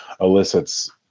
elicits